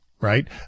right